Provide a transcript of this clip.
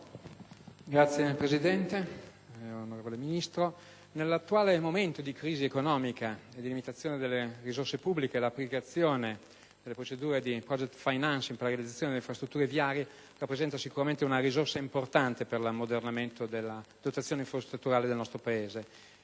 Signor Presidente, onorevole Ministro, nell'attuale momento di crisi economica e di limitazione delle risorse pubbliche, l'applicazione delle procedure di *project financing* per la realizzazione delle infrastrutture viarie rappresenta una risorsa importante per l'ammodernamento della dotazione infrastrutturale del Paese